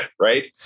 right